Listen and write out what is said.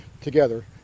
together